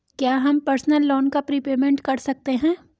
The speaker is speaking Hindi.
क्या हम पर्सनल लोन का प्रीपेमेंट कर सकते हैं?